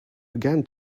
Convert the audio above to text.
began